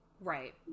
right